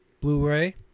Blu-ray